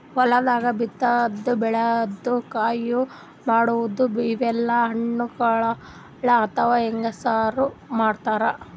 ಹೊಲ್ದಾಗ ಬಿತ್ತಾದು ಬೆಳ್ಯಾದು ಕೊಯ್ಲಿ ಮಾಡದು ಇವೆಲ್ಲ ಹೆಣ್ಣ್ಮಕ್ಕಳ್ ಅಥವಾ ಹೆಂಗಸರ್ ಮಾಡ್ತಾರ್